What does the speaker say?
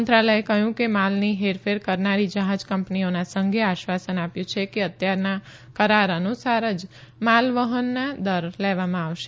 મંત્રાલઘે કહયું કે માલની હેરફેર કરનારી જહાજ કંપનીઓના સંઘે આશ્વાસન આપ્યું છે કે અત્યારના કરાર અનુસાર જ માલવહનના દર લેવામાં આવશે